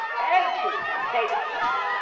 and two. thank you.